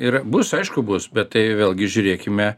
ir bus aišku bus bet tai vėlgi žiūrėkime